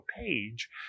page